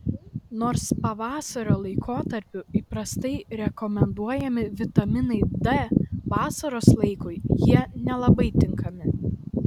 nors pavasario laikotarpiu įprastai rekomenduojami vitaminai d vasaros laikui jie nelabai tinkami